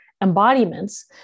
embodiments